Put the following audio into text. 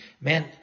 man